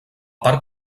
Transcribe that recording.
part